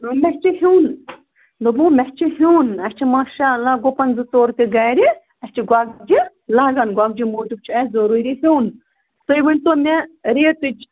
مےٚ چھُ ہیوٚن دوٚپمو مےٚ چھُ ہیوٚن اَسہِ چھُ ماشا اللہ گُپَن زٕ ژور تہِ گَرِ اَسہِ چھِ گۄگجہِ لگان گۄگجہِ موٗجوٗب چھُ اَسہِ ضروٗری ہیوٚن تُہۍ ؤنۍتو مےٚ ریٹٕچ